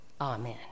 Amen